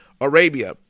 Arabia